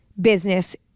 business